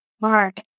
Mark